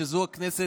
שזו הכנסת,